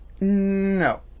No